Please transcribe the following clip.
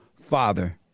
father